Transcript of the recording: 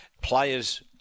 Players